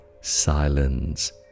silence